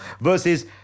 versus